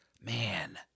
man